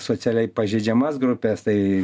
socialiai pažeidžiamas grupes tai